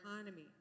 economy